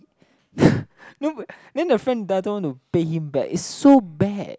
no but then the then the friend doesn't want to pay him back it's so bad